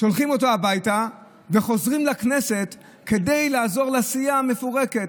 שולחים אותו הביתה וחוזרים לכנסת כדי לעזור לסיעה המפורקת.